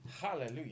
hallelujah